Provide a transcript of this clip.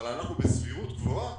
אבל אנחנו בסבירות גבוהה